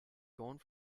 going